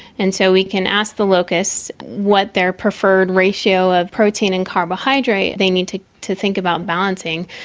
and so we can ask the locusts what their preferred ratio of protein and carbohydrate they need to to think about balancing.